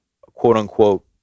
quote-unquote